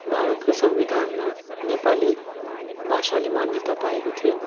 भारतको संविधानमा नेपाली भाषाले मान्यता पाएको थियो